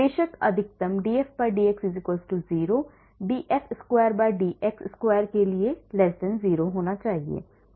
बेशक अधिकतम df dx 0 df वर्ग dx वर्ग के लिए 0 होगा